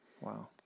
Wow